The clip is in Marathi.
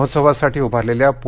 महोत्सवासाठी उभारलेल्या पू